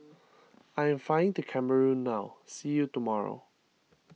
I am flying to Cameroon now see you tomorrow